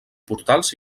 portals